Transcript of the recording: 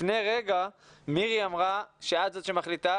לפני רגע מירי אמרה שאת זו שמחליטה,